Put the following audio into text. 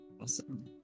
Awesome